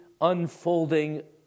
unfolding